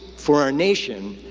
for our nation,